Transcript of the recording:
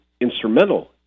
instrumental